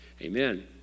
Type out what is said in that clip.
Amen